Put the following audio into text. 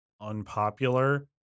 unpopular